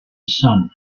sun